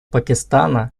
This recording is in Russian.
пакистана